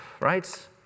right